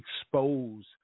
expose